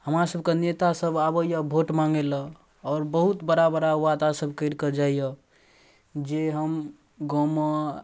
हमरा सबके नेता सब आबैये वोट माङ्गे लए आओर बहुत बड़ा बड़ा वादा सब करि कऽ जाइए जे हम गाँवमे